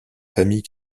familles